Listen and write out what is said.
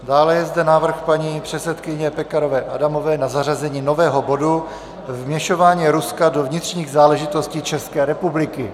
Dále je zde návrh paní předsedkyně Pekarové Adamové na zařazení nového bodu Vměšování Ruska do vnitřních záležitostí České republiky.